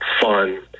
fun